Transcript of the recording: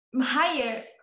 higher